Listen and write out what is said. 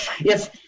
Yes